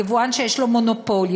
יבואן שיש לו מונופול,